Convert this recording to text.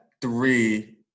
three